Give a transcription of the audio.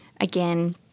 again